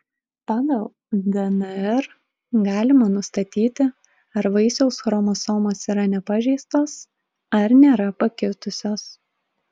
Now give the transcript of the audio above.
pagal dnr galima nustatyti ar vaisiaus chromosomos yra nepažeistos ar nėra pakitusios